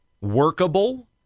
workable